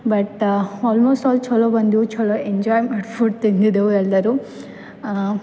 but almost all ಚಲೋ ಬಂದಿವು ಚಲೋ ಎಂಜಾಯ್ ಮಾಡಿ ಫುಡ್ ತೆಗ್ದಿದೇವು ಎಲ್ಲರು